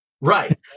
Right